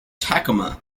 tacoma